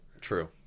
true